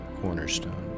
cornerstone